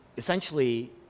Essentially